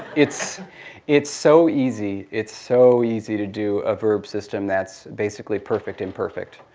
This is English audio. it's it's so easy, it's so easy to do a verb system that's basically perfect imperfect.